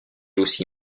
aussi